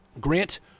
Grant